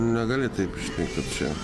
negali taip štai čia